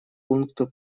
пункту